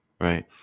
right